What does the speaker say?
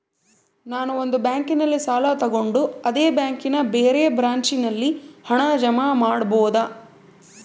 ನಾನು ಒಂದು ಬ್ಯಾಂಕಿನಲ್ಲಿ ಸಾಲ ತಗೊಂಡು ಅದೇ ಬ್ಯಾಂಕಿನ ಬೇರೆ ಬ್ರಾಂಚಿನಲ್ಲಿ ಹಣ ಜಮಾ ಮಾಡಬೋದ?